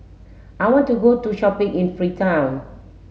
I want to go to shopping in Freetown